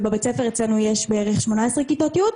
ובבית הספר אצלנו יש בערך שמונה עשרה כיתות י'.